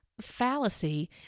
fallacy